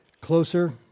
closer